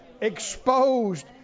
exposed